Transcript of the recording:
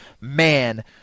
Man